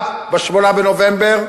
מבחן אחד ב-8 בנובמבר,